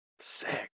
Sick